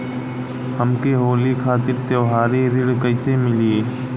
हमके होली खातिर त्योहारी ऋण कइसे मीली?